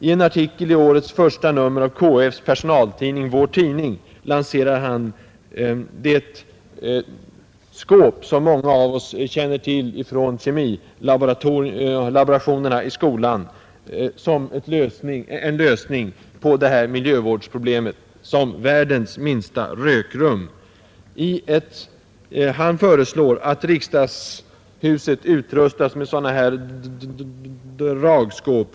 I en artikel i årets första nummer av KF:s personaltidning ”Vår tidning” lanserar han dragskåpet, som många av oss känner till från kemilaborationerna i skolan, som en lösning på detta miljövårdsproblem — världens minsta rökrum som jag här visar i bild på TV-skärmen. Han föreslår att riksdagshuset utrustas med sådana dragskåp.